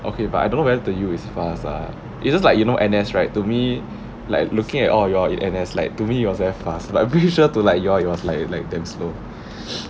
okay but I don't know whether to you is fast ah because like you know N_S_ right to me like looking at all of your in N_S_ like to me you all very fast but I'm pretty sure to like your yours was like like damn slow